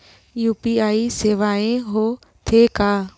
UPI सेवाएं हो थे का?